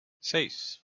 seis